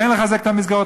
כן לחזק את המסגרות,